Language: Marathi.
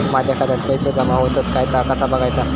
माझ्या खात्यात पैसो जमा होतत काय ता कसा बगायचा?